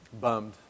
bummed